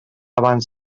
abans